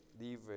leave